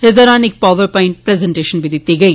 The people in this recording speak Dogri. इस दौरान इक पावर प्वाईंट प्रेजनटेशन बी दिती गेई